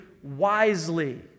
wisely